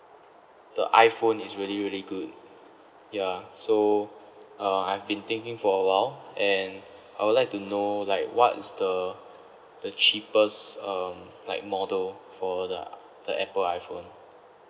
the iPhone is really really good ya so uh I've been thinking for awhile and I would like to know like what's the the cheapest um like model for the the apple iPhone